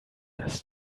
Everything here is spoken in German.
das